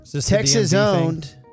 Texas-owned